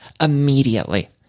immediately